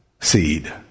seed